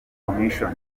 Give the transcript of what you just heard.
commission